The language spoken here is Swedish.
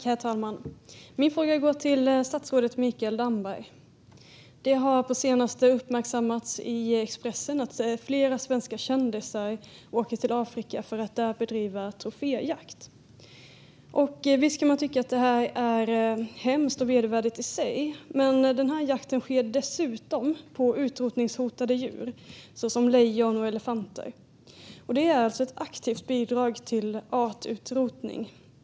Herr talman! Min fråga går till statsrådet Mikael Damberg. Det har på senaste tiden uppmärksammats i Expressen att flera svenska kändisar åker till Afrika för att där bedriva troféjakt. Visst kan man tycka att det är hemskt och vedervärdigt i sig, men jakten sker dessutom på utrotningshotade djur, såsom lejon och elefanter. Det är alltså ett aktivt bidrag till artutrotning.